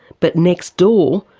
but next door,